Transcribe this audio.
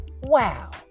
Wow